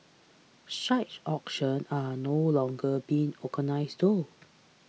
such auctions are no longer being organised though